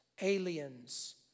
aliens